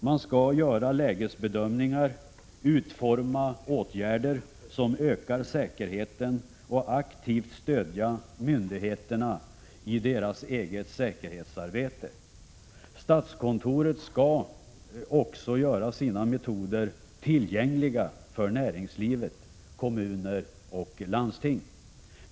Man skall göra lägesbedömningar, utforma åtgärder som ökar säkerheten och aktivt stödja myndigheterna i deras eget säkerhetsarbete. Statskontoret skall också göra sina metoder tillgängliga för näringsliv, kommuner och landsting.